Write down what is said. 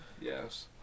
Yes